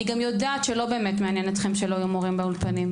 אני גם יודעת שלא באמת מעניין אתכם שלא יהיו מורים באולפנים.